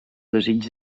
desig